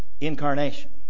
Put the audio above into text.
incarnation